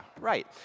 Right